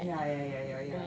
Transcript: ya ya ya ya ya